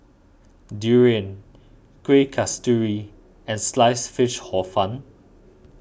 Durian Kuih Kasturi and Sliced Fish Hor Fun